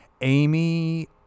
Amy